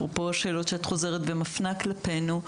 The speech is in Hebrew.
אפרופו השאלות שאת חוזרת ומפנה כלפינו.